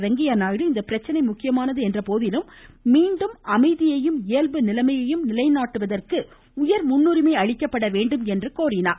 வெங்கைய நாயுடு இந்த பிரச்சனை முக்கியமானது என்றபோதிலும் மீண்டும் அமைதியையும் இயல்பு நிலையையும் நிலைநாட்டுவதற்கு உயர் முன்னுரிமை அளிக்கப்பட வேண்டும் என்றார்